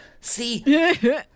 See